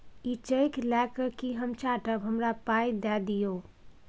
इ चैक लए कय कि हम चाटब? हमरा पाइ दए दियौ